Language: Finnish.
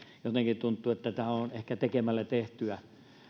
jotenkin tuntuu että tämä on ehkä tekemällä tehtyä että